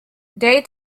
day